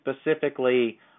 Specifically